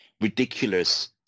ridiculous